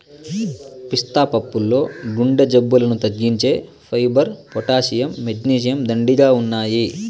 పిస్తా పప్పుల్లో గుండె జబ్బులను తగ్గించే ఫైబర్, పొటాషియం, మెగ్నీషియం, దండిగా ఉన్నాయి